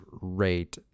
rate